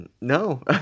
no